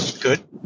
Good